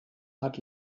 hat